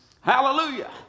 Hallelujah